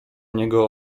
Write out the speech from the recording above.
niego